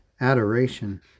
Adoration